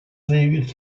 заявить